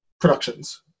productions